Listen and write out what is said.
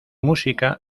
música